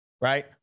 Right